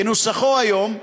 כנוסחו היום,